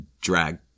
drag